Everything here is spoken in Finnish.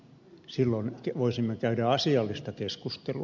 silloin voisimme käydä asiallista keskustelua